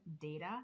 data